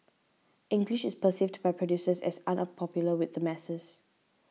English is perceived by producers as unpopular with the masses